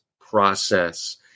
process